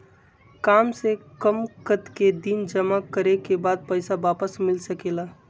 काम से कम कतेक दिन जमा करें के बाद पैसा वापस मिल सकेला?